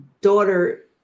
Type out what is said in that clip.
daughter